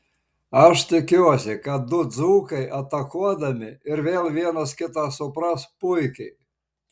aš tikiuosi kad du dzūkai atakuodami ir vėl vienas kitą supras puikiai